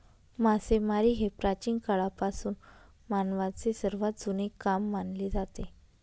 मासेमारी हे प्राचीन काळापासून मानवाचे सर्वात जुने काम मानले जाते